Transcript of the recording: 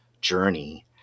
journey